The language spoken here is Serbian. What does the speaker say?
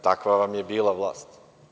Takva vam je bila vlast.